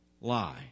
lie